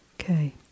Okay